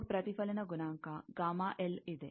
load ಪ್ರತಿಫಲನ ಗುಣಾಂಕ ಇದೆ